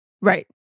Right